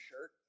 shirt